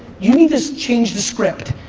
you need to change the script.